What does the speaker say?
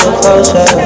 closer